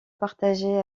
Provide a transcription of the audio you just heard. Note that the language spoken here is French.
partagée